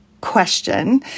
question